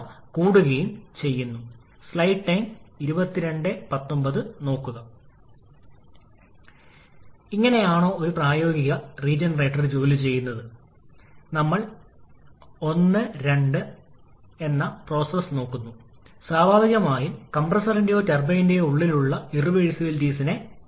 ഇവിടെ ഉയർന്ന മർദ്ദമുള്ള ടർബൈനിലെ വർക്ക് output ട്ട്പുട്ട് മോഡുലേറ്റ് ചെയ്യുന്നു ഇത് കംപ്രസ്സറിന് ആവശ്യമായ വർക്ക് ഇൻപുട്ടിനോട് കൃത്യമായി പൊരുത്തപ്പെടുന്നു